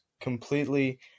completely –